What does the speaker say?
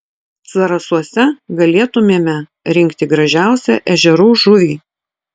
zarasuose galėtumėme rinkti gražiausią ežerų žuvį